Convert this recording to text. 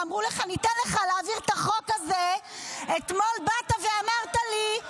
ואמרו לך: ניתן לך להעביר את החוק הזה -- חותמת על חוק שהוא קשקוש?